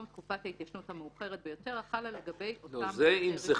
תקופת ההתיישנות המאוחרת ביותר החלה לגבי אותם פרטי רישום."